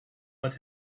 let